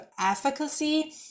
efficacy